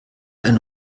eine